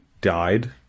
died